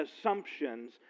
assumptions